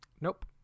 Nope